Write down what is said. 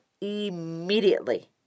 immediately